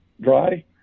dry